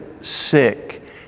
sick